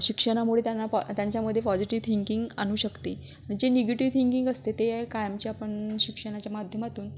शिक्षणामुळे त्यांना पॉ त्यांच्यामध्ये पॉझिटिव थिंकिंग आणू शकते जे निगेटिव थिंकिंग असते ते कायमचे आपण शिक्षणाच्या माध्यमातून